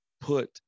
put